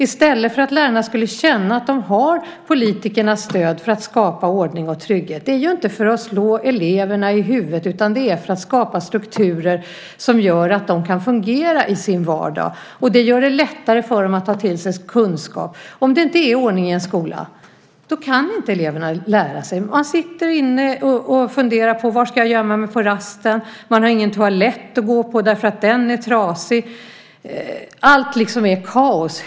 I stället borde lärarna få känna att de har politikernas stöd för att skapa ordning och trygghet. Det handlar ju inte om att slå eleverna i huvudet utan om att skapa strukturer som gör att de kan fungera i vardagen och som gör det lättare för dem att ta till sig kunskap. Om det inte är ordning i skolan kan eleverna inte lära sig. De sitter och funderar på var de ska gömma sig på rasten, de har ingen toalett att gå på för den är trasig, allt är kaos.